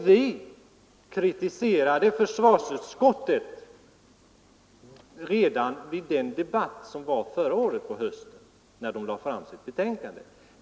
Vi kritiserade försvarsutskottet redan vid den debatt som fördes vid framläggandet av dess betänkande höstsessionen föregående år.